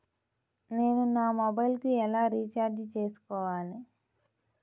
నేను నా మొబైల్కు ఎలా రీఛార్జ్ చేసుకోవాలి?